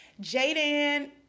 Jaden